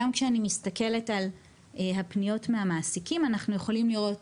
גם כשאני מסתכלת על הפניות מהמעסיקים אנחנו יכולים לראות